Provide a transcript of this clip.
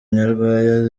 nyarwaya